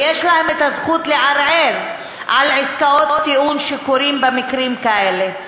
ויש להם זכות לערער על עסקאות הטיעון שנעשות במקרים כאלה.